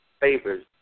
favors